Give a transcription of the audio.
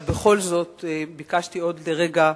אבל בכל זאת ביקשתי עוד רגע,